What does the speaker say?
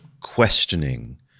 questioning